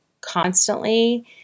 constantly